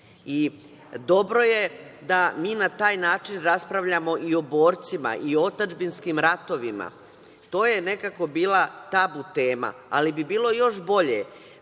Srbi. Dobro je da mi na taj način raspravljamo i o borcima i o otadžbinskih ratovima. To je nekako bila tabu tema, ali bi bilo još bolje